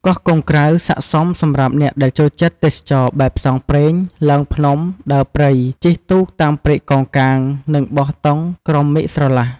កោះកុងក្រៅស័ក្តិសមសម្រាប់អ្នកដែលចូលចិត្តទេសចរណ៍បែប ផ្សងព្រេង ឡើងភ្នំ ដើរព្រៃ ជិះទូកតាមព្រែកកោងកាង និងបោះតង់ ក្រោមមេឃស្រឡះ។